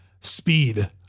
Speed